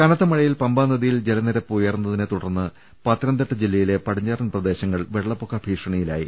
കനത്ത മഴയിൽ പമ്പാ നദിയിൽ ജലനിരപ്പ് ഉയർന്നതി നെത്തുടർന്ന് പത്തനംതിട്ട ജില്ലയിലെ പടിഞ്ഞാറൻ പ്രദേ ശങ്ങൾ വെള്ളപ്പൊക്ക ഭീഷണിയിലായി